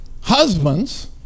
husbands